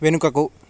వెనుకకు